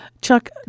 Chuck